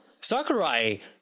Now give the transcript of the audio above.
Sakurai